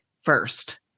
first